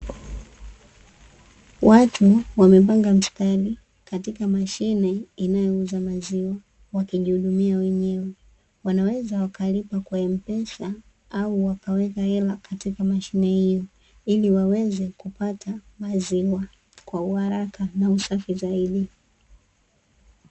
Watu wamepanga mstari katika mashine inayouza maziwa wakijihudumia wenyewe,. Wanaweza wakalipa kwa "M-PESA" au wakaweka hela katika mashine hiyo, ili waweza kupata maziwa kwa uharaka na usafi zaidi.